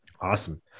Awesome